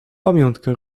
pamiątka